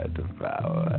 devour